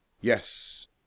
Yes